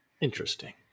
Interesting